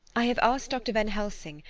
i have asked dr. van helsing,